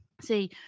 See